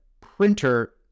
printer